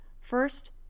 First